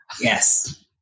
Yes